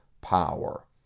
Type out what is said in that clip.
power